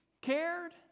cared